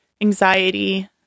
anxiety